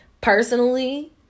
personally